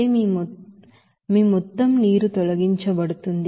27 అంటే మీ మొత్తం నీరు తొలగించబడుతుంది